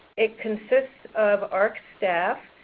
it consists of ahrq staff.